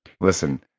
Listen